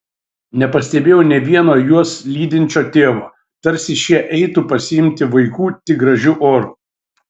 nepastebėjau nė vieno juos lydinčio tėvo tarsi šie eitų pasiimti vaikų tik gražiu oru